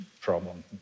problem